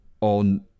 on